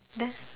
that's